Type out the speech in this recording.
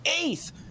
eighth